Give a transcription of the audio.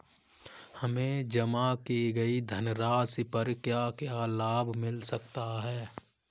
हमें जमा की गई धनराशि पर क्या क्या लाभ मिल सकता है?